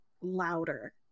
louder